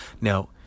now